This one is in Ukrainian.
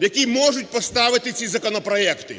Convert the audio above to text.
який можуть поставити ці законопроекти.